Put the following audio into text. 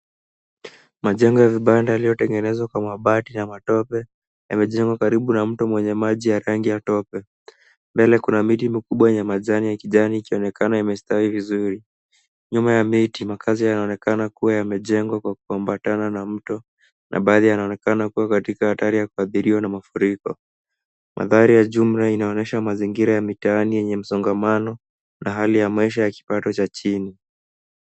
Majengo ya vibanda yaliyotengenezwa kwa mabati na matope yamejengwa karibu na mto mwenye maji ya rangi ya tope. Mbele kuna miti mikubwa yenye majani ya kijani ikionekana imestawi vizuri. Nyuma ya miti, makazi yanaonekana kuwa yamejengwa kwa kuambatana na mto na baadhi yanaonekana kuwa katika hatari ya kuathiriwa na mafuriko. Mandhari ya jumla inaonesha mazingira ya mitaani yenye msongamano na hali ya maisha ya kipato cha chini